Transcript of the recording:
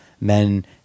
men